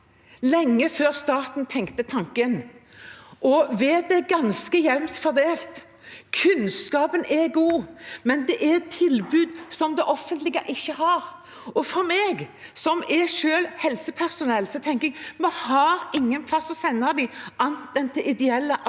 lenge før staten tenkte tanken. Og vettet er ganske jevnt fordelt, kunnskapen er god, men det er tilbud som det offentlige ikke har. Jeg som selv er helsepersonell, tenker at vi har ingen plass å sende dem, annet enn til ideelle aktører.